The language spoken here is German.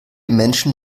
menschen